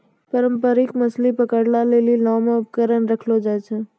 पारंपरिक मछली पकड़ै लेली नांव मे उपकरण रखलो जाय छै